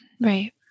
Right